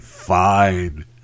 fine